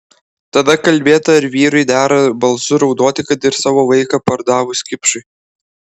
tada kalbėta ar vyrui dera balsu raudoti kad ir savo vaiką pardavus kipšui